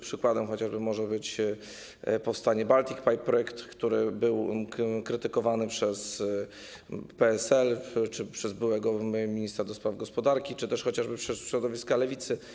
Przykładem może być chociażby powstanie Baltic Pipe, projekt, który był krytykowany przez PSL czy przez byłego ministra do spraw gospodarki, czy też chociażby przez środowiska lewicy.